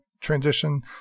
transition